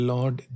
Lord